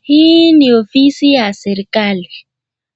Hii ni ofisi ya serekali,